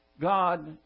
God